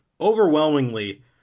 overwhelmingly